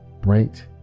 bright